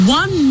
one